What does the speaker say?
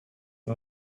and